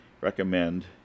recommend